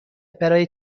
برای